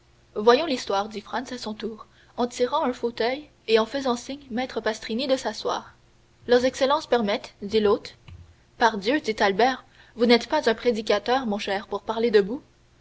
voyons l'histoire dit franz à son tour en tirant un fauteuil et en faisant signe à maître pastrini de s'asseoir leurs excellences permettent dit l'hôte pardieu dit albert vous n'êtes pas un prédicateur mon cher pour parler debout